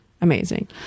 amazing